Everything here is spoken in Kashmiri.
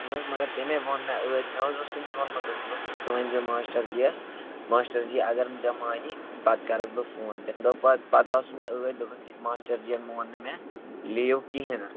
اَہَن حظ مگر تٔمۍ ہَے ووٚن مےٚ عٲدۍ مےٚ حظ اوس تٔمِس ووٚنمُت دوٚپمُت اوسمَس ژٕ ؤنۍ زِ ماشٹر جِیَس ماشٹر جی اگر نہٕ ژےٚ مانی پَتہٕ کَرس بہٕ فون تٔمۍ دوٚپ پَتہٕ پتہٕ آو سُہ مےٚ عٲدۍ دوٚپُن ماشٹر جِیَن مون نہٕ مےٚ لیٖو کِہیٖنٛۍ نہٕ